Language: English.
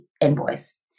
invoice